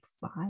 five